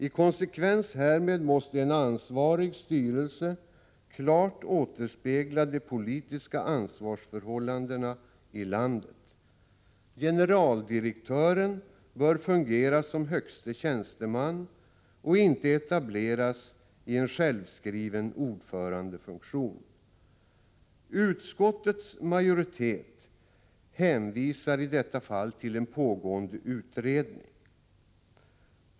I konsekvens härmed måste en ansvarig styrelse klart återspegla de politiska ansvarsförhållandena i landet. Generaldirektören bör fungera som högste tjänsteman och inte etableras i en självskriven ordförandefunktion. Utskottets majoritet hänvisar i detta fall till en pågående utredning.